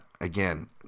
again